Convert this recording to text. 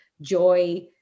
joy